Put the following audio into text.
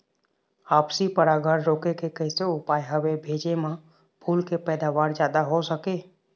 आपसी परागण रोके के कैसे उपाय हवे भेजे मा फूल के पैदावार जादा हों सके?